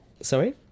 Sorry